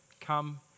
come